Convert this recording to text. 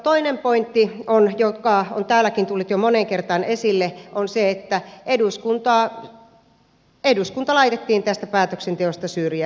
toinen pointti joka on täälläkin tullut jo moneen kertaan esille on se että eduskunta laitettiin tästä päätöksenteosta syrjään